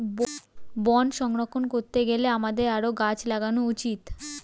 বন সংরক্ষণ করতে গেলে আমাদের আরও গাছ লাগানো উচিত